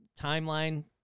timeline